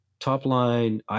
top-line